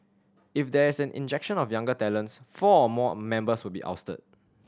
if there is an injection of younger talents four or more members will be ousted